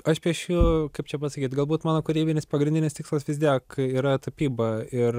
aš piešiu kaip čia pasakyt galbūt mano kūrybinis pagrindinis tikslas vis tiek yra tapyba ir